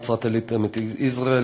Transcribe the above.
נצרת-עילית ועמק-יזרעאל,